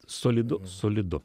solidu solidu